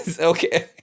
Okay